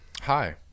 Hi